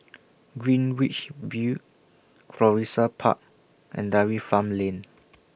Greenwich V Florissa Park and Dairy Farm Lane